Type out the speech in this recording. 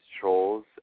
trolls